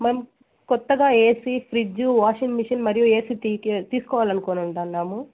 మేం కొత్తగా AC fridge washing machine మరియు ఏసి తీసుకోవాలని అనుకుంటున్నాము